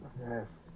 Yes